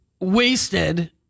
Wasted